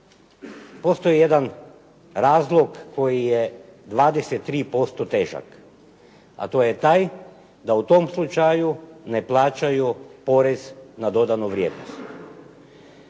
Postoji jedan razlog koji je 23% težak, a to je taj da u tom slučaju ne plaćaju porez na dodanu vrijednost.